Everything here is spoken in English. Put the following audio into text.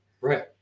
Right